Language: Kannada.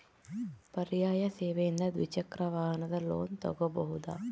ಪರ್ಯಾಯ ಸೇವೆಯಿಂದ ದ್ವಿಚಕ್ರ ವಾಹನದ ಲೋನ್ ತಗೋಬಹುದಾ?